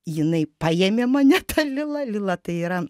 jinai paėmė mane ta lila lila tai yra